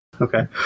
Okay